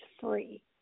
free